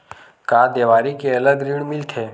का देवारी के अलग ऋण मिलथे?